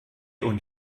und